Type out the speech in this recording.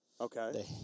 Okay